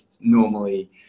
Normally